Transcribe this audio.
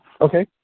Okay